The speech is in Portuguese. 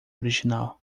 original